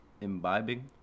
Imbibing